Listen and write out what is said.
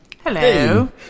Hello